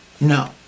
No